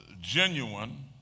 genuine